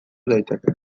daiteke